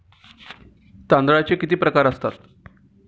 तांदळाचे किती प्रकार असतात?